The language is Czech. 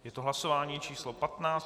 Je to hlasování číslo 15.